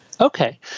Okay